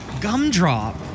Gumdrop